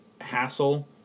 hassle